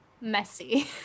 messy